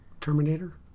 Terminator